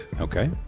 Okay